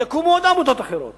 יקומו עמותות אחרות